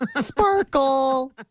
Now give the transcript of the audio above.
Sparkle